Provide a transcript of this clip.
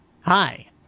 Hi